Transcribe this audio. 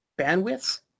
bandwidths